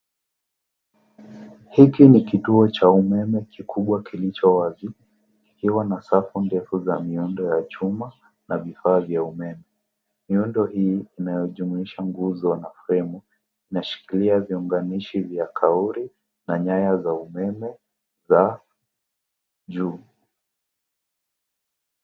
Hiki ni kituo cha umeme kikubwa kilicho wazi ikiwa na safu ndefu za miundo ya chuma na vifaa vya umeme. Miundo hii inayojumuisha nguzo na fremu inashikilia viunganishi vya kauri na nyaya za umeme za juu.